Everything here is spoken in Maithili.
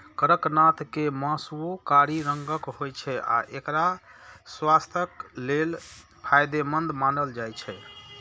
कड़कनाथ के मासुओ कारी रंगक होइ छै आ एकरा स्वास्थ्यक लेल फायदेमंद मानल जाइ छै